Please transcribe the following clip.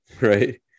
right